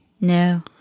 no